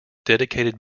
dedicated